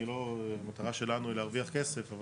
המטרה שלנו היא להרוויח עסק,